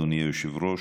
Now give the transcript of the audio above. אדוני היושב-ראש,